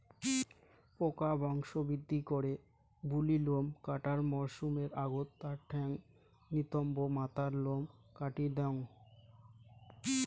পোকা বংশবৃদ্ধি করে বুলি লোম কাটার মরসুমের আগত তার ঠ্যাঙ, নিতম্ব, মাথার লোম কাটি দ্যাওয়াং